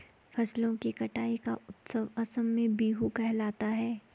फसलों की कटाई का उत्सव असम में बीहू कहलाता है